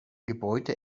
gebäude